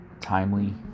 timely